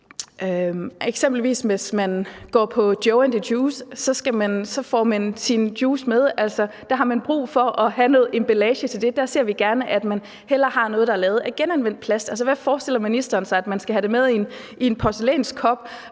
eksempelvis går på JOE & THE JUICE, så får man sin juice med, og der har man brug for at have noget emballage til det, og der ser vi gerne, at man hellere bruger noget, der er lavet af genanvendt plast. Hvad forestiller ministeren sig man skal have det med i – en porcelænskop?